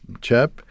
chap